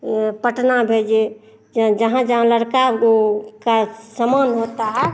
ये पटना भेजे जहाँ जहाँ लड़का का समान होता है